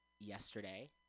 yesterday